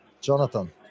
Jonathan